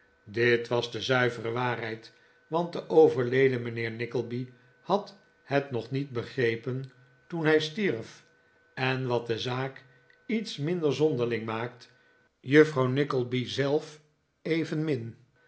dit was de zuivere waarheid want de overleden mijnheer nickleby had het nog niet begrepen toen hij stierf en wat de zaak iets minder zonderling maakt juffrouw nickleby zelf evenmin